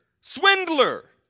swindler